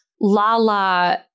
Lala